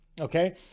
Okay